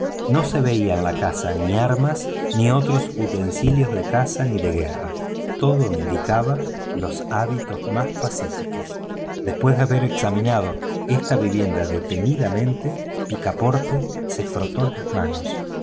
no se veía en la casa ni armas ni otros utensilios de caza ni de guerra todo indicaba los hábitos mas pacíficos después de haber examinado esta vivienda detenidamente picaporte se frotó las manos